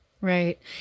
Right